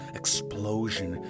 explosion